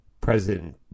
President